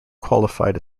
qualified